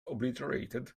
obliterated